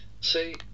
See